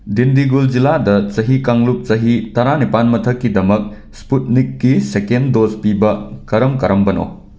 ꯗꯤꯟꯗꯤꯒꯨꯜ ꯖꯤꯂꯥꯗ ꯆꯍꯤ ꯀꯥꯡꯂꯨꯞ ꯆꯍꯤ ꯇꯔꯥꯅꯤꯄꯥꯟ ꯃꯊꯛꯀꯤꯗꯃꯛ ꯁ꯭ꯄꯨꯠꯅꯤꯛꯀꯤ ꯁꯦꯀꯦꯟ ꯗꯣꯖ ꯄꯤꯕ ꯀꯔꯝ ꯀꯔꯝꯕꯅꯣ